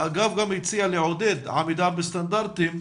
האגף גם הציע לעודד עמידה בסטנדרטים,